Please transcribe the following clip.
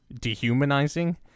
dehumanizing